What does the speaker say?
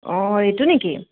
অ' ৰিতু নেকি